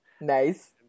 Nice